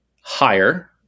higher